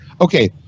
Okay